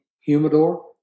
humidor